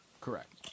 Correct